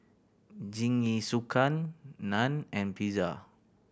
Jingisukan Naan and Pizza